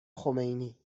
خمینی